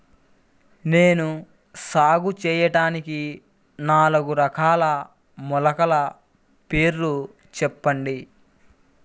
నేను సాగు చేయటానికి నాలుగు రకాల మొలకల పేర్లు చెప్పండి?